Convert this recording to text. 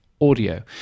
audio